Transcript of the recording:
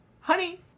Honey